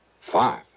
Five